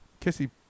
kissy